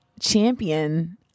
champion